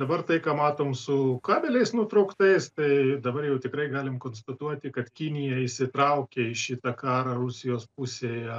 dabar tai ką matom su kabeliais nutrauktais tai dabar jau tikrai galim konstatuoti kad kinija įsitraukė į šitą karą rusijos pusėje